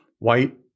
white